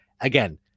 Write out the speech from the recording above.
Again